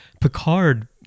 Picard